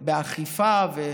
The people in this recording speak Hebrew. באכיפה.